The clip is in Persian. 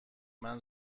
منم